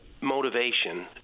motivation